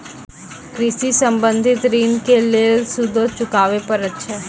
कृषि संबंधी ॠण के लेल सूदो चुकावे पड़त छै?